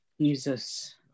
Jesus